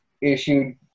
issued